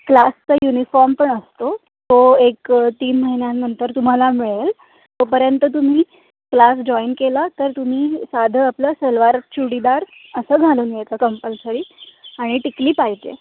क्लासचा युनिफॉर्म पण असतो तो एक तीन महिन्यांनंतर तुम्हाला मिळेल तोपर्यंत तुम्ही क्लास जॉईन केला तर तुम्ही साधं आपलं सलवार चुडीदार असं घालून यायचं कंपल्सरी आणि टिकली पाहिजे